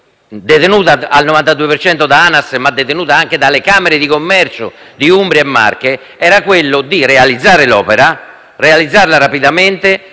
detenuta al 92 per cento da ANAS, ma anche dalle camere di commercio di Umbria e Marche, era quello di realizzare l'opera, di farlo rapidamente